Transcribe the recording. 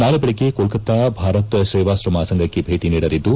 ನಾಳೆ ಬೆಳಗ್ಗೆ ಕೊಲ್ಲತ್ತಾ ಭಾರತ್ ಸೇವಾಶ್ರಮ ಸಂಘಕ್ಕೆ ಭೇಟ ನೀಡಲಿದ್ದು